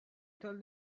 told